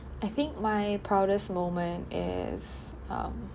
I think my proudest moment is um